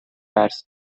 درس